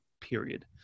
period